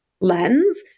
lens